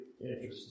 interesting